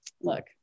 look